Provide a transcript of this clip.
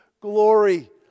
glory